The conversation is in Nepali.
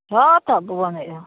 छ त